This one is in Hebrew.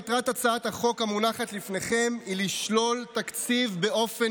מטרת הצעת החוק המונחת לפניכם היא לשלול תקציב באופן